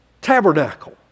tabernacle